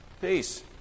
peace